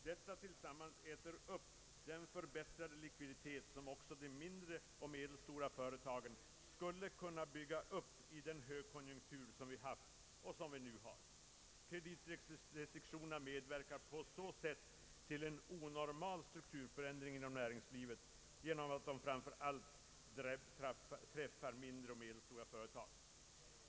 Detta tillsammans äter upp den förbättrade likviditet som också de mindre och medelstora företagen skulle kunna bygga upp i den högkonjunktur som vi haft och som vi nu har. Kreditrestriktionerna medverkar till en onormal strukturförändring inom «näringslivet genom att de framför allt träffar mindre och medelstora företag.